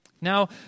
Now